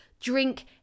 Drink